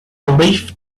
leaf